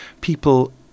people